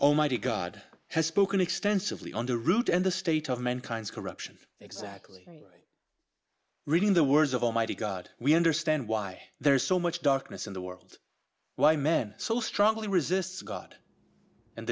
oh mighty god has spoken extensively on the root and the state of mankind's corruption exactly reading the words of almighty god we understand why there's so much darkness in the world why men so strongly resists god and